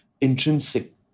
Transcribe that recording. intrinsic